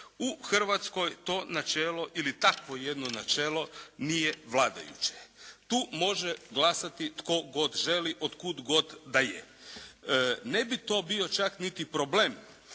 U Hrvatskoj to načelo ili takvo jedno načelo nije vladajuće. Tu može glasati tko god želi, od kud god da je. Ne bi to bio čak niti problem